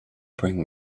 bring